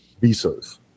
visas